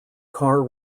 car